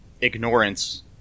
ignorance